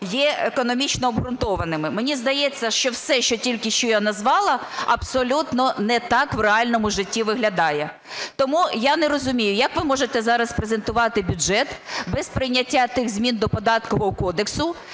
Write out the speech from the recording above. є економічно обґрунтованими. Мені здається, що все, що тільки що я назвала, абсолютно не так в реальному житті виглядає. Тому я не розумію, як ви можете зараз презентувати бюджет без прийняття тих змін до Податкового кодексу,